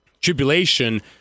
Tribulation